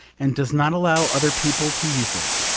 and does not allow other people to use it,